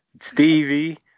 stevie